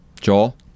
Joel